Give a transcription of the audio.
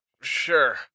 Sure